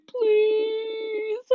please